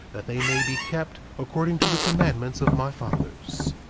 that they may be kept according to the commandments of my fathers.